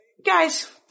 Guys